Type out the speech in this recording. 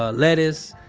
ah lettuce,